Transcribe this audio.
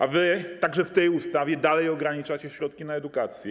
A wy w tej ustawie dalej ograniczacie środki na edukację.